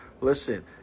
Listen